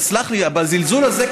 וסלח לי אבל זלזול הזה,